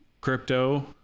crypto